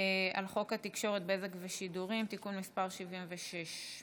על הצעת חוק התקשורת (בזק ושידורים) (תיקון מס' 76)